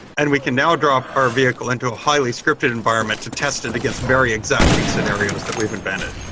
and we can now drop our vehicle into a highly scripted environment to test it against very exacting scenarios that we've invented.